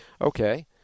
Okay